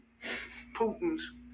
Putin's